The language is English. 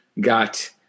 got